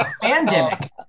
Pandemic